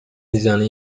میزنه